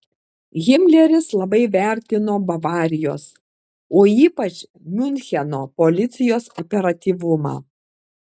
himleris labai vertino bavarijos o ypač miuncheno policijos operatyvumą